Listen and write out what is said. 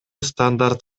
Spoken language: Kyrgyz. стандарт